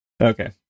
okay